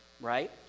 right